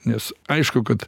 nes aišku kad